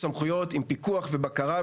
סמכויות עם פיקוח ועם בקרה,